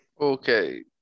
Okay